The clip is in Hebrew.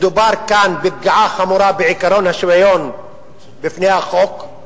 מדובר כאן בפגיעה חמורה בעקרון השוויון בפני החוק.